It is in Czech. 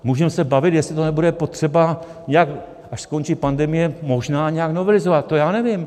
Můžeme se bavit, jestli to nebude potřeba, až skončí pandemie, možná nějak novelizovat, to já nevím.